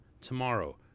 tomorrow